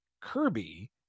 kirby